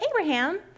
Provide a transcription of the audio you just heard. Abraham